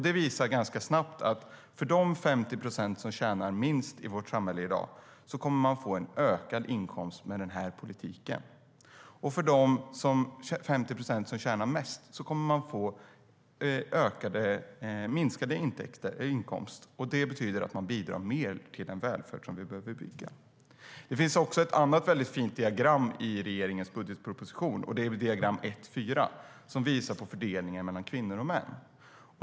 Det visar sig ganska snabbt att de 50 procent som tjänar minst i vårt samhälle i dag kommer att få en ökad inkomst med den här politiken, och de 50 procent som tjänar mest kommer att få en minskad inkomst. Det betyder att de bidrar mer till den välfärd som vi behöver bygga. Det finns ett annat väldigt fint diagram i regeringens budgetproposition. Det är diagram 1.4, som visar fördelningen mellan kvinnor och män.